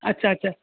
আচ্ছা আচ্ছা